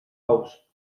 aus